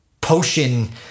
potion